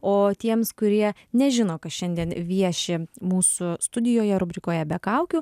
o tiems kurie nežino kas šiandien vieši mūsų studijoje rubrikoje be kaukių